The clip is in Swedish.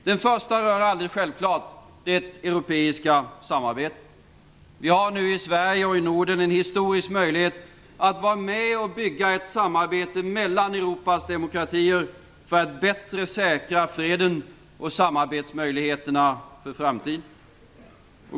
Den första rör självfallet det europeiska samarbetet. Vi har nu i Sverige och i Norden en historisk möjlighet att vara med om att bygga ett samarbete mellan Europas demokratier för att bättre säkra freden och samarbetsmöjligheterna för framtiden.